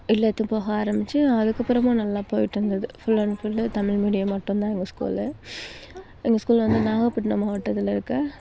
வீட்லேருந்து போக ஆரமித்தேன் அதுக்கப்புறமும் நல்லா போயிட்டிருந்துது full and full Tamil medium மட்டும் தான் எங்கள் ஸ்கூல் எங்கள் ஸ்கூல் வந்து நாகப்பட்டினம் மாவட்டத்தில் இருக்க